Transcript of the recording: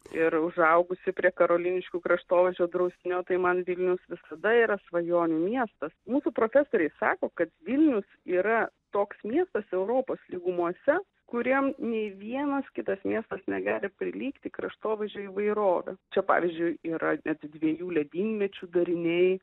ir užaugusi prie karoliniškių kraštovaizdžio draustinio tai man vilnius visada yra svajonių miestas mūsų profesoriai sako kad vilnius yra toks miestas europos lygumose kurie nei vienas kitas miestas negali prilygti kraštovaizdžio įvairovė čia pavyzdžiui yra dviejų ledynmečių dariniai